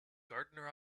gardener